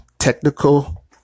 technical